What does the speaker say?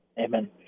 Amen